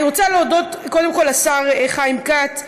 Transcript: אני רוצה להודות קודם כול לשר חיים כץ,